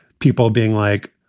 people being like